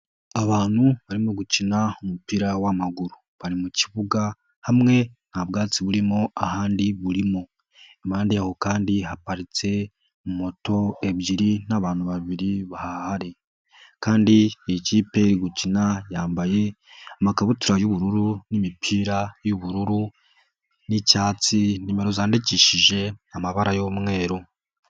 Abantu barimo gukina umupira wamaguru, bari mu kibuga hamwe nta bwatsi burimo, ahandi burimo, impande yaho kandi haparitse moto ebyiri n'abantu babiri bahari kandi ni ikipe iri gukina, yambaye amakabutura y'ubururu n'imipira y'ubururu n'icyatsi, nimero zandikishije amabara y'umweru.